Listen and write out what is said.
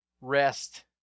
rest